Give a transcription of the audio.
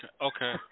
Okay